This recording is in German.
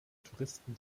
touristen